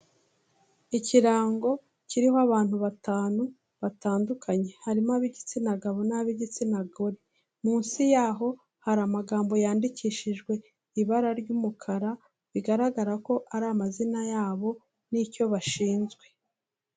Ikirango kiriho abantu batanu batandukanye. Harimo ab'igitsina gabo n'ab'igitsina gore. Munsi yaho hari amagambo yandikishijwe ibara ry'umukara bigaragara ko ari amazina yabo n'icyo bashinzwe.